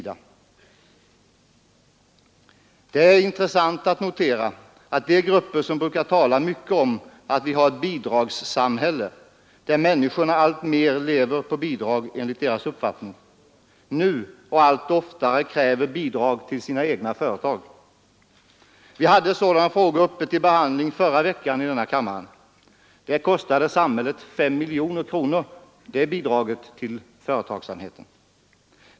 Det är intressant att notera att de grupper som brukar tala mycket om att vi har ett bidragssamhälle, där människorna enligt deras uppfattning alltmer lever på bidrag, nu allt oftare kräver bidrag till sina egna företag. Vi hade sådana frågor uppe till behandling förra veckan här i kammaren. Det bidrag till företagsamheten som då beslutades kostar samhället 5 miljoner kronor.